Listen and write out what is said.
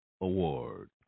Award